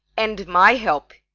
and my help.